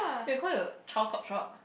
you can call your child Topshop